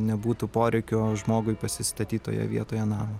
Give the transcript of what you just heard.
nebūtų poreikio žmogui pasistatyt toje vietoje namo